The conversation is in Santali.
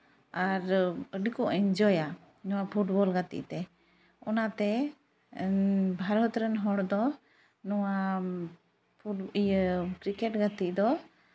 ᱟᱨ ᱟᱹᱰᱤ ᱠᱚ ᱤᱱᱡᱚᱭᱟ ᱱᱚᱣᱟ ᱯᱷᱩᱴᱵᱚᱞ ᱜᱟᱛᱮᱜ ᱛᱮ ᱚᱱᱟᱛᱮ ᱵᱷᱟᱨᱚᱛ ᱨᱮᱱ ᱦᱚᱲ ᱫᱚ ᱱᱚᱣᱟ ᱠᱨᱤᱠᱮᱹᱴ ᱜᱟᱛᱮᱜ ᱫᱚ